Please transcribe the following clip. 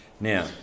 Now